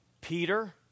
Peter